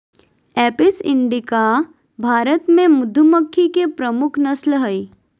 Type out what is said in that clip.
Apis indica Bharat मे मधुमक्खी के प्रमुख नस्ल हय